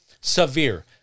severe